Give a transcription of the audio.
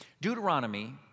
Deuteronomy